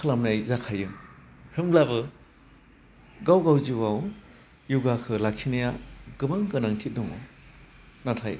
खालामनाय जाखायो होनब्लाबो गाव गाव जिउआव य'गाखौ लाखिनाया गोबां गोनांथि दङ नाथाय